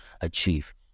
achieve